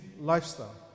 lifestyle